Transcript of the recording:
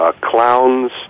clowns